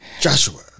Joshua